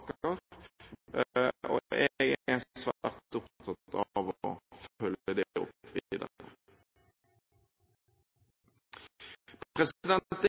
og jeg er svært opptatt av å følge det opp videre. Det